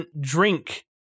Drink